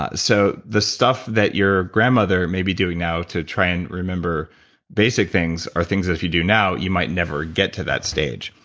ah so the stuff that your grandmother may be doing now to try and remember basic things are things that if you do now you might never get to that stage.